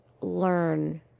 learn